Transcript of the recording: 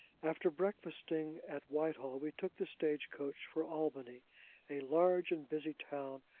after breakfasting at whitehall, we took the stage-coach for albany a large and busy town,